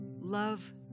love